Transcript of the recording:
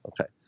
Okay